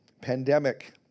pandemic